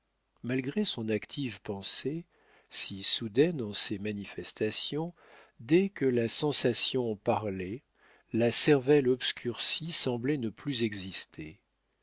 malgré son active pensée si soudaine en ses manifestations dès que la sensation parlait la cervelle obscurcie semblait ne plus exister